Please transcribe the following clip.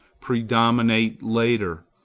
predominate later,